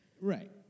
Right